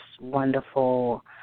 wonderful